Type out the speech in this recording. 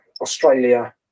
Australia